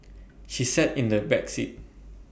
she sat in the back seat